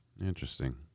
Interesting